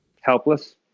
Helpless